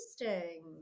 Interesting